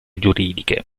giuridiche